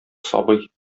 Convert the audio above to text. сабый